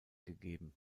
gegeben